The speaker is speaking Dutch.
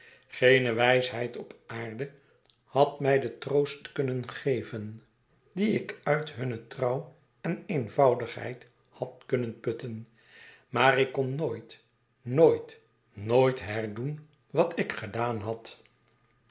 geene wijsheid op aarde had mij den troost kunnen geven dien ik uit hunne trouw en eenvoudigheid had kunnen putten maar ik kon nooit nooit nooit herdoen wat ik gedaan had